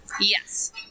Yes